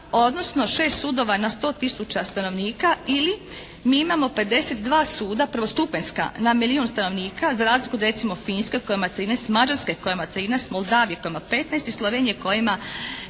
odnosno 6 sudova na 100 tisuća stanovnika ili mi imamo 52 suda prvostupanjska na milijun stanovnika za razliku od recimo Finske koja ima 13, Mađarske koja ima 13, Moldavije koja ima 15 i Slovenije koja